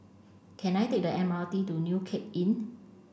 can I take the M R T to New Cape Inn